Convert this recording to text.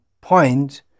point